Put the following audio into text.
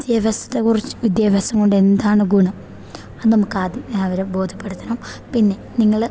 വിദ്യാഭ്യാസത്തെക്കുറിച്ച് വിദ്യാഭ്യാസം കൊണ്ടെന്താണ് ഗുണം അത് നമുക്കാദ്യം അവരെ ബോധ്യപ്പെടുത്തണം പിന്നെ നിങ്ങൾ